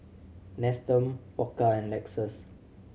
Nestum Pokka and Lexus